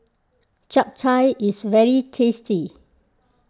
Japchae is very tasty